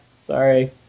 Sorry